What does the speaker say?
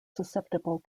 susceptible